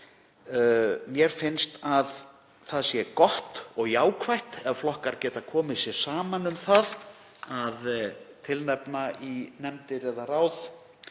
Mér finnst að það sé gott og jákvætt ef flokkar geta komið sér saman um að tilnefna í nefndir eða ráð